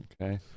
Okay